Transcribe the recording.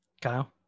kyle